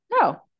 No